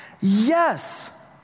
Yes